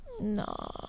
No